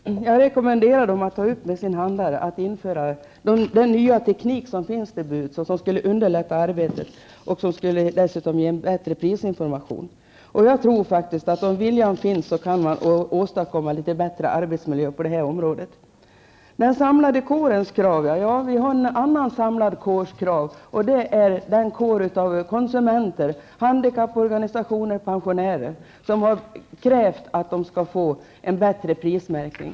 Herr talman! Jag rekommenderar dem att föreslå sin handlare att införa den nya teknik som står till buds och som skulle underlätta arbetet. Dessutom skulle prisinformationen bli bättre. Jag tror faktiskt att man, om viljan finns, kan åstadkomma en något bättre arbetsmiljö på det här området. Några ord om det här med en samlad kårs krav. Ja, det finns en annan samlad kår som har krav. Jag tänker då på de konsumenter, handikapporganisationer och pensionärer som har krävt en bättre prismärkning.